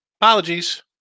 Apologies